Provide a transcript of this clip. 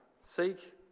Seek